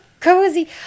cozy